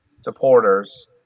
supporters